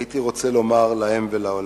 הייתי רוצה לומר להם ולעולם: